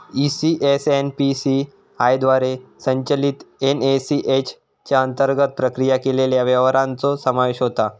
ECS NPCI द्वारे संचलित NACH च्या अंतर्गत प्रक्रिया केलेल्या व्यवहारांचो समावेश होता